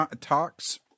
talks